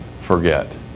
forget